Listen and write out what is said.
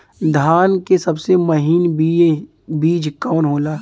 धान के सबसे महीन बिज कवन होला?